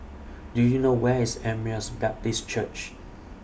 Do YOU know Where IS Emmaus Baptist Church